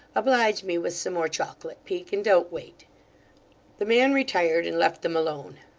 oblige me with some more chocolate, peak, and don't wait the man retired, and left them alone.